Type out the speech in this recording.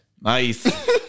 Nice